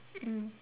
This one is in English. mm